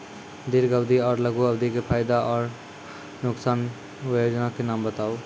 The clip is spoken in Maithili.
दीर्घ अवधि आर लघु अवधि के फायदा आर नुकसान? वयोजना के नाम बताऊ?